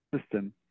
system